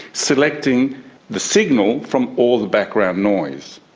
selecting the signal from all the background noise.